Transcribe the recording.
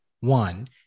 one